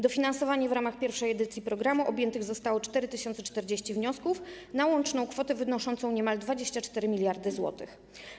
Dofinansowaniem w ramach pierwszej edycji programu objętych zostało 4040 wniosków na łączną kwotę wynoszącą niemal 24 mld zł.